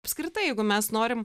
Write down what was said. apskritai jeigu mes norim